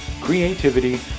creativity